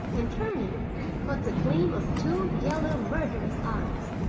and turning caught the gleam of two yellow, murderous eyes.